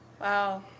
Wow